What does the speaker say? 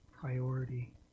priority